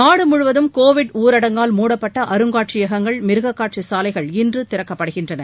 நாடு முழுவதும் கோவிட் ஊரடங்கால் மூடப்பட்ட அருங்காட்சியகங்கள் மிருக்காட்சி சாலைகள் இன்று திறக்கப்படுகின்றன